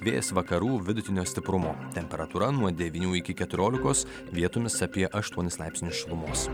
vėjas vakarų vidutinio stiprumo temperatūra nuo devynių iki keturiolikos vietomis apie aštuonis laipsnius šilumos